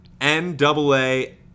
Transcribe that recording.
N-double-A